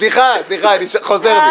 סליחה, אני חוזר בי.